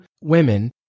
women